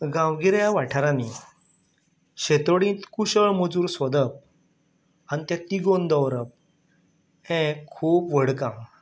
गांवगिऱ्या वाठारांनी शेतोडेत कुशळ मजूर सोदप आनी ते तिगोन दवरप हें खूब व्हड काम